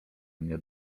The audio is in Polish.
mnie